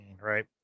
right